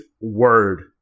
word